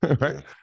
right